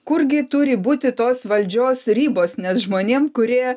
kurgi turi būti tos valdžios ribos nes žmonėm kurie